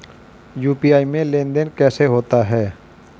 UPI में लेनदेन कैसे होता है?